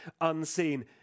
unseen